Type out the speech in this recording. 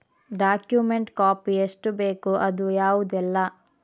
Document copy ಎಷ್ಟು ಬೇಕು ಅದು ಯಾವುದೆಲ್ಲ?